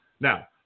now